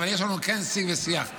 אבל יש לנו כן שיג ושיח,